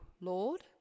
Lord